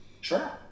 Sure